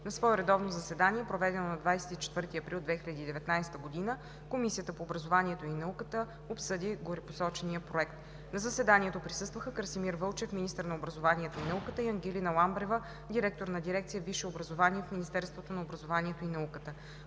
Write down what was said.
На свое редовно заседание, проведено на 24 април 2019 г., Комисията по образованието и науката обсъди горепосочения проект. На заседанието присъстваха Красимир Вълчев – министър на образованието и науката, и Ангелина Ламбрева – директор на дирекция „Висше образование“ в Министерството на образованието и науката.